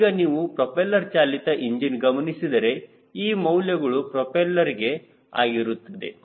ಈಗ ನೀವು ಪ್ರೊಪೆಲ್ಲರ್ ಚಾಲಿತ ಇಂಜಿನ್ ಗಮನಿಸಿದರೆ ಈ ಮೌಲ್ಯಗಳು ಪ್ರೊಪೆಲ್ಲರ್ಗೆ ಆಗಿರುತ್ತದೆ